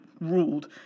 ruled